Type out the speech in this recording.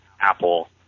Apple